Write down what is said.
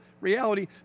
reality